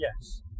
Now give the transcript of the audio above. yes